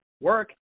work